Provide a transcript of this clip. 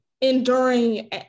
enduring